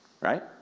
right